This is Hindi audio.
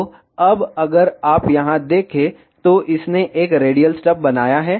तो अब अगर आप यहां देखें तो इसने एक रेडियल स्टब बनाया है